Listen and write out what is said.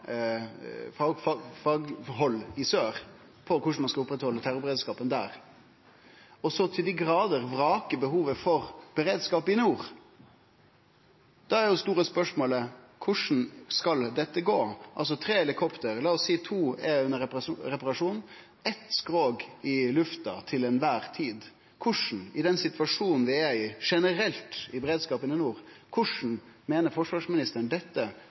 hald i sør om korleis ein skal oppretthalde terrorberedskapen der, og så til dei grader vrakar behovet for beredskap i nord, da er det store spørsmålet: Korleis skal dette gå? Altså: Tre helikopter – la oss seie at to er under reparasjon og eitt skrog er i lufta til ei kvar tid. I den situasjonen ein generelt er i når det gjeld beredskapen i nord: Korleis meiner forsvarsministeren dette